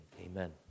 amen